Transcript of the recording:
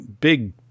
big